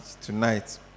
tonight